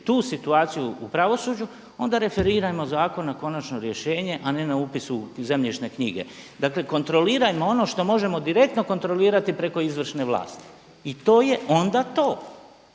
tu situaciju u pravosuđu onda referirajmo zakon na konačno rješenje a ne na upis u zemljišne knjige. Dakle, kontrolirajmo ono što možemo direktno kontrolirati preko izvršne vlasti i to je onda to.